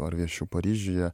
ar viešiu paryžiuje